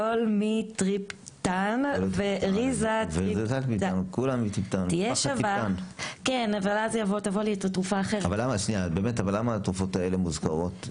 ZOLMITRIPTAN ו-RIZATTRIPTAN -- אבל למה באמת התרופות האלה מוזכרות?